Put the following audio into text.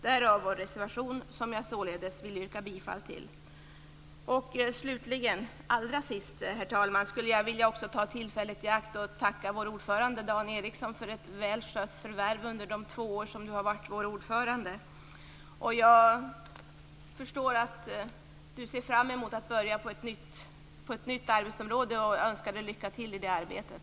Därav kommer vår reservation, som jag således vill yrka bifall till. Allra sist, herr talman, skulle jag vilja ta tillfället i akt att tacka vår ordförande Dan Ericsson för ett väl skött värv under de två år som han har varit vår ordförande. Jag förstår att du ser fram emot att börja på ett nytt arbetsområde och önskar dig lycka till i det arbetet.